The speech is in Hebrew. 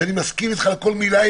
שאני מסכים איתך על כל מילה,